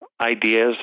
ideas